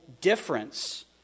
difference